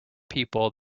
people